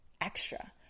extra